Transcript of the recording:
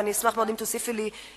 ואני אשמח מאוד אם תוסיפי לי זמן,